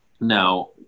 Now